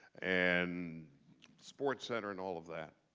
and sportscenter, and all of that.